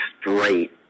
straight